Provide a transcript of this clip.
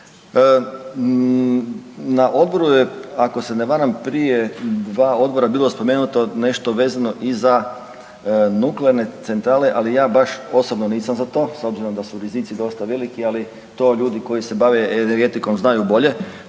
Na odboru je ako se ne varam prije 2 odbora bilo spomenuto nešto vezano i za nuklearne centrale, ali ja baš osobno nisam za to s obzirom da su rizici dosta veliki, ali to ljudi koji se bave energetikom znaju bolje